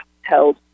held